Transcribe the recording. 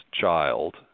child